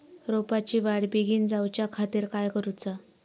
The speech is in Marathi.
रोपाची वाढ बिगीन जाऊच्या खातीर काय करुचा?